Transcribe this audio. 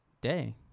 Day